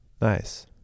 Nice